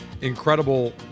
Incredible